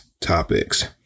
topics